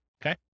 Okay